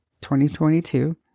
2022